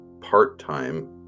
part-time